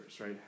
right